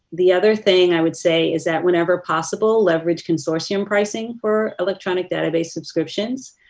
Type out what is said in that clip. the other thing i would say is that whenever possible leverage consortium pricing for electronic database subscriptions.